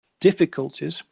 difficulties